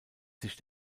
sich